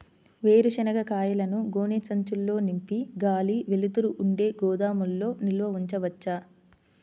వేరుశనగ కాయలను గోనె సంచుల్లో నింపి గాలి, వెలుతురు ఉండే గోదాముల్లో నిల్వ ఉంచవచ్చా?